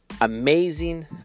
amazing